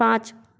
पाँच